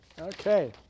Okay